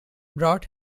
brought